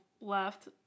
left